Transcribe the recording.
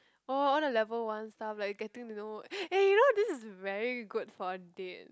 oh all the level ones stuff like getting to know eh you know this is very good for a date